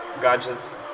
gadgets